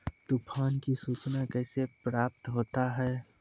तुफान की सुचना कैसे प्राप्त होता हैं?